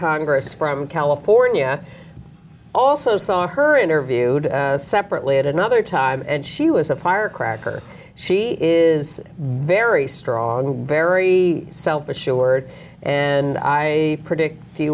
congress from california also saw her interviewed separately at another time and she was a firecracker she is very strong and very self assured and i predict